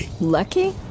lucky